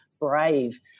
brave